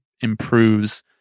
improves